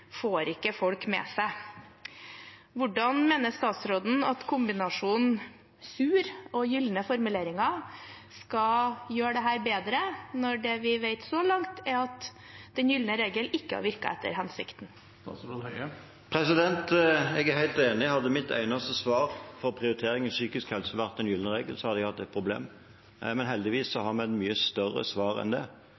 får ikke folk med seg. Hvordan mener statsråden at kombinasjonen sur og gylne formuleringer skal gjøre dette bedre, når vi så langt vet at den gylne regel ikke har virket etter hensikten? Jeg er helt enig. Hadde mitt eneste svar på prioritering av psykisk helse vært den gylne regel, hadde jeg hatt et problem. Men heldigvis